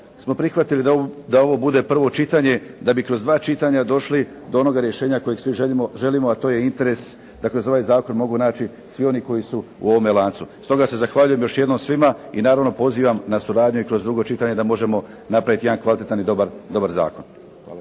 smo prihvatili da ovo bude prvo čitanje, da bi kroz dva čitanja došli do onoga rješenja kojeg svi želim, a to je interes dakle za ovaj zakon mogu naći svi oni koji su u ovome lancu. Stoga se zahvaljujem još jednom svima i naravno pozivam na suradnju i kroz drugo čitanje da možemo napraviti jedan kvalitetan i dobar zakon.